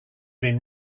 been